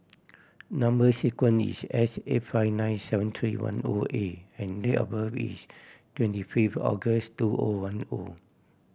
number sequence is S eight five nine seven three one O A and date of birth is twenty fifth August two O one O